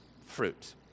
fruit